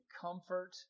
comfort